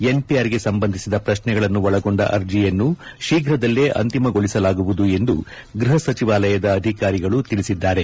ಎನ್ಪಿಆರ್ಗೆ ಸಂಬಂಧಿಸಿದ ಪ್ರಶ್ನೆಗಳನ್ನು ಒಳಗೊಂಡ ಅರ್ಜಿಯನ್ನು ಶೀಘ್ರದಲ್ಲೇ ಅಂತಿಮಗೊಳಿಸಲಾಗುವುದು ಎಂದು ಗೃಹ ಸಚಿವಾಲಯ ಅಧಿಕಾರಿಗಳು ತಿಳಿಸಿದ್ದಾರೆ